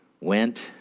went